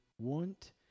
want